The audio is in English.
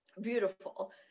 Beautiful